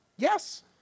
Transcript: Yes